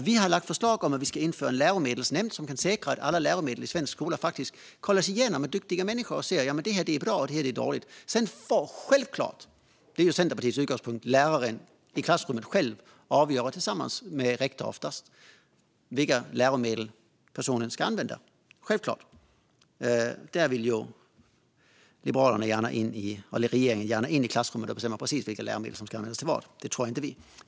Vi har lagt fram förslag om att införa en läromedelsnämnd som kan säkerställa att alla läromedel i svensk skola faktiskt kollas igenom av duktiga människor som kan säga att det här bra, och det här dåligt. Sedan är det självklart Centerpartiets utgångspunkt att läraren i klassrummet själv får avgöra, oftast tillsammans med rektor, vilka läromedel läraren ska använda. Regeringen vill gärna gå in i klassrummet och bestämma precis vilka läromedel som ska användas till vad. Det tror inte vi på.